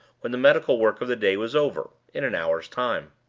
when the medical work of the day was over, in an hour's time.